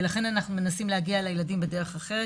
ולכן אנחנו מנסים להגיע לילדים בדרך אחרת.